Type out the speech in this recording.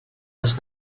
les